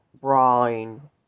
brawling